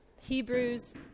Hebrews